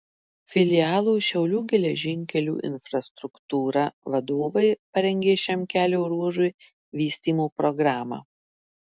filialo šiaulių geležinkelių infrastruktūra vadovai parengė šiam kelio ruožui vystymo programą